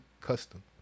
custom